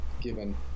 given